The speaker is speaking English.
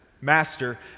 Master